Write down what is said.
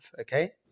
Okay